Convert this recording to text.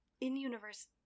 in-universe